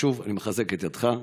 שוב, אני מחזק את ידך.